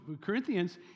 Corinthians